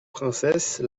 princesses